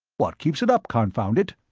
what keeps it up, confound it?